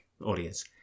audience